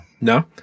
no